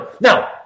Now